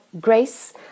grace